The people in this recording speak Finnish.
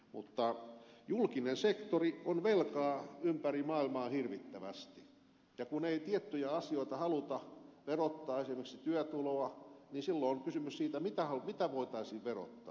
mutta julkinen sektori on velkaa ympäri maailmaa hirvittävästi ja kun ei tiettyjä asioita haluta verottaa esimerkiksi työtuloa niin silloin on kysymys siitä mitä voitaisiin verottaa